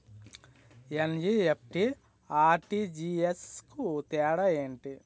NEFT, RTGS కు తేడా ఏంటి?